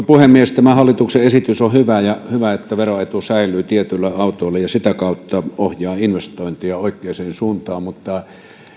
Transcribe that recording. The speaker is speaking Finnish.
puhemies tämä hallituksen esitys on hyvä ja hyvä että veroetu säilyy tietyille autoille ja sitä kautta ohjaa investointeja oikeaan suuntaan